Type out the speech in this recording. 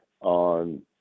on